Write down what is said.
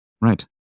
right